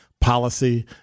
policy